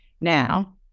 Now